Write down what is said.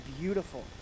beautiful